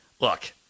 look